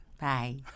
Bye